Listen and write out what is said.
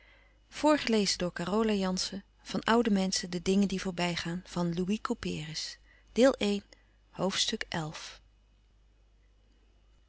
van oude menschen de dingen die voorbij gaan ste deel van